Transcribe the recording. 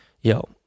Yo